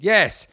Yes